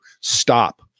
stop